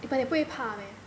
but 你不会怕 meh